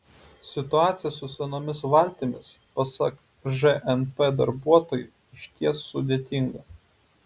situacija su senomis valtimis pasak žnp darbuotojų išties sudėtinga